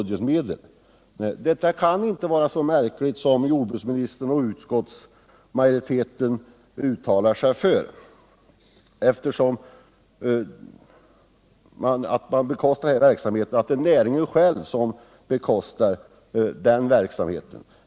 Det kan inte vara så märkligt som jordbruksministern och talesmän för utskottsmajoriteten ger uttryck för att näringen själv bekostar denna verksamhet.